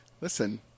Listen